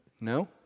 No